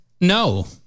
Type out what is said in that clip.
No